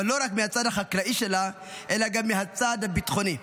אבל לא רק מהצד החקלאי שלה, אלא גם מהצד הביטחוני.